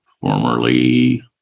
formerly